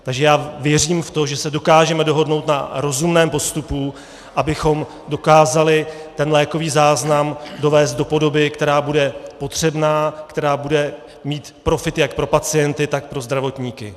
Takže věřím v to, že se dokážeme dohodnout na rozumném postupu, abychom dokázali ten lékový záznam dovést do podoby, která bude potřebná, která bude mít profit jak pro pacienty, tak pro zdravotníky.